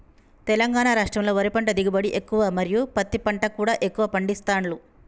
తెలంగాణ రాష్టంలో వరి పంట దిగుబడి ఎక్కువ మరియు పత్తి పంట కూడా ఎక్కువ పండిస్తాండ్లు